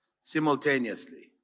simultaneously